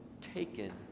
taken